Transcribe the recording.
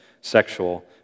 sexual